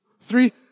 Three